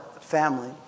family